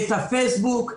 את הפייסבוק,